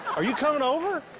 are you coming over?